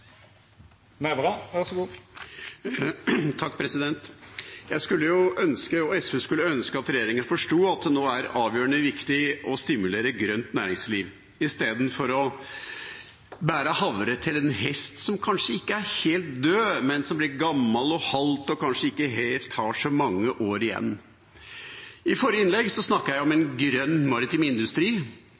nå er avgjørende viktig å stimulere grønt næringsliv istedenfor å bære havre til en hest som kanskje ikke er helt død, men som er gammel og halt og kanskje ikke har så mange år igjen. I forrige innlegg snakket jeg om en grønn maritim industri,